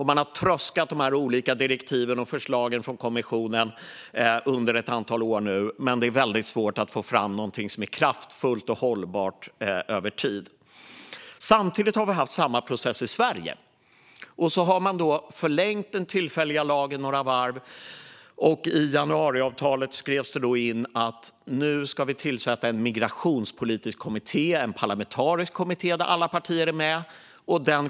Man har tröskat de olika direktiven och förslagen från kommissionen under ett antal år nu, men det är väldigt svårt att få fram något som är kraftfullt och hållbart över tid. Samtidigt har vi haft samma process i Sverige. Man har förlängt den tillfälliga lagen några varv. I januariavtalet skrevs det in att vi skulle tillsätta en parlamentarisk migrationspolitisk kommitté med alla partier.